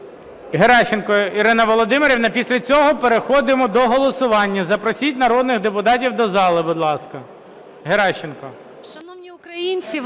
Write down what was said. Геращенко Ірина Володимирівна, після цього переходимо до голосування. Запросіть народних депутатів до зали, будь ласка. Геращенко.